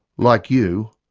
like you,